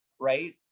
right